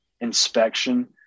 inspection